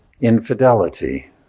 infidelity